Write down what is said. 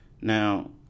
Now